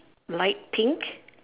light pink